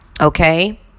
Okay